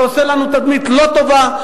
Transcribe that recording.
זה עושה לנו תדמית לא טובה.